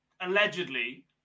allegedly